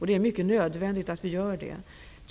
Det är nödvändigt att vi gör det.